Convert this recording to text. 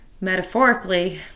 metaphorically